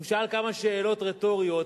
הוא שאל כמה שאלות רטוריות,